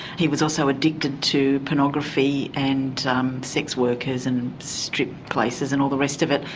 he was also addicted to pornography and um sex workers and strip places and all the rest of it,